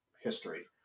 history